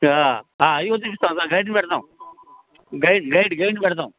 అవీ చూపిస్తాం గైడ్ పెడదాం గైడ్ గైడ్ గైడ్ పెడతాం